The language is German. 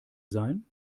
sein